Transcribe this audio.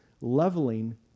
leveling